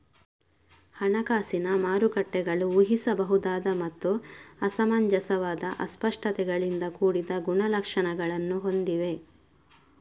ಹಣಕಾಸಿನ ಮಾರುಕಟ್ಟೆಗಳು ಊಹಿಸಬಹುದಾದ ಮತ್ತು ಅಸಮಂಜಸವಾದ ಅಸ್ಪಷ್ಟತೆಗಳಿಂದ ಕೂಡಿದ ಗುಣಲಕ್ಷಣಗಳನ್ನು ಹೊಂದಿವೆ